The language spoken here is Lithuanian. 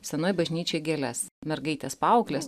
senoj bažnyčioj gėles mergaitės paauglės